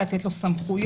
-- לתת לו סמכויות